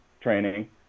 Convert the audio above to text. training